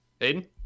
Aiden